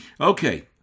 Okay